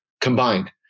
combined